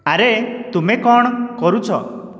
ଆରେ ତୁମେ କ'ଣ କରୁଛ